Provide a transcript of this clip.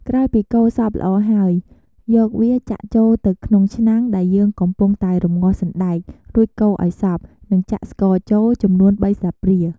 ក្រោយពីកូរសព្វល្អហើយ យកវាចាក់ចូលទៅក្នុងឆ្នាំងដែលយើងកំពុងតែរំងាស់សណ្តែក រួចកូរឱ្យសព្វ និងចាក់ស្ករចូល ចំនួន៣ស្លាបព្រា។